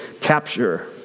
capture